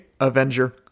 Avenger